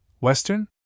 Western